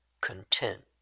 content